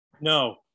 No